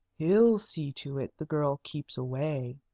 he'll see to it the girl keeps away.